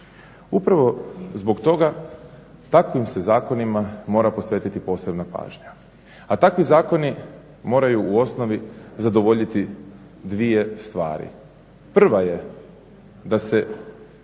Upravo zbog toga takvim se zakonima mora posvetiti posebna pažnja. A takvi zakoni moraju u osnovi zadovoljiti dvije stvari. Prva je da se